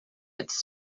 its